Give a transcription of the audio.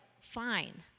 fine